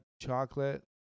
Chocolate